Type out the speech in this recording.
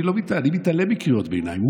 אני מתעלם מקריאות ביניים.